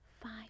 five